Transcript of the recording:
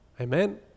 amen